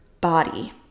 body